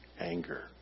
anger